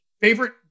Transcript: Favorite